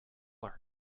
are